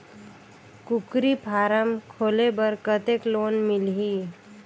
कूकरी फारम खोले बर कतेक लोन मिलही?